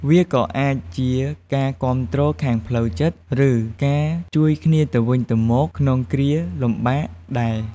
វាក៏អាចជាការគាំទ្រខាងផ្លូវចិត្ត ឬការជួយគ្នាទៅវិញទៅមកក្នុងគ្រាលំបាកដែរ។